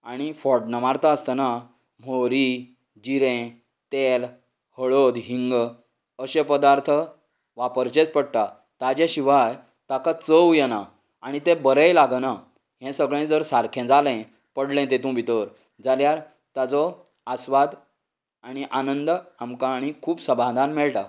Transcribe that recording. आनी फोड्णां मारता आसतना होंवरी जिरें तेल हळद हींग अशें पदार्थ वापरचेच पडटात ताचे शिवाय ताका चव येना आनी ते बरेंय लागना हे सगळें जर सारकें जाले पडले तेतूंत भितर जाल्यार ताजो आस्वाद आनी आनंद आमकां आनी खूब समादान मेळटा